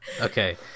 Okay